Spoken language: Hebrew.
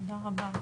תודה רבה.